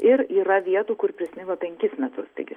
ir yra vietų kur prisnigo penkis metrus taigi